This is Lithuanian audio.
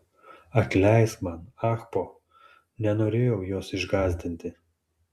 atleisk man ahpo nenorėjau jos išgąsdinti